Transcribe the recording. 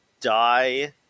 die